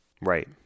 Right